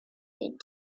les